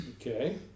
Okay